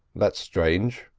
that's strange,